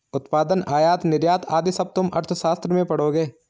उत्पादन, आयात निर्यात आदि सब तुम अर्थशास्त्र में पढ़ोगे